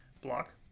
Block